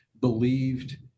believed